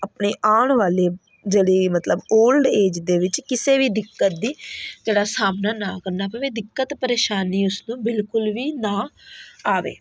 ਆਪਣੇ ਆਉਣ ਵਾਲੇ ਜਿਹੜੇ ਮਤਲਬ ਓਲਡ ਏਜ ਦੇ ਵਿੱਚ ਕਿਸੇ ਵੀ ਦਿੱਕਤ ਦੀ ਜਿਹੜਾ ਸਾਹਮਣਾ ਨਾ ਕਰਨਾ ਪਵੇ ਦਿੱਕਤ ਪਰੇਸ਼ਾਨੀ ਉਸ ਨੂੰ ਬਿਲਕੁਲ ਵੀ ਨਾ ਆਵੇ